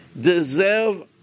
deserve